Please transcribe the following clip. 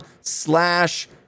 slash